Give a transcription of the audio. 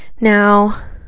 now